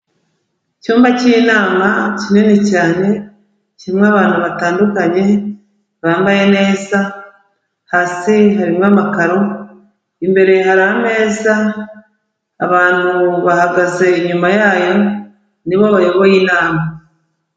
Icyumba cy'inama kinini cyane, kirimo abantu batandukanye bambaye neza, hasi harimo amakaro, imbere hari ameza, abantu bahagaze inyuma yayo, nibo bayoboye inama.